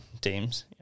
teams